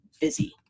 busy